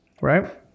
Right